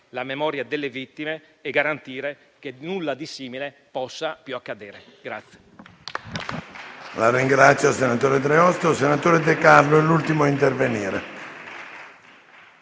la memoria delle vittime e garantire che nulla di simile possa più accadere.